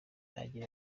agira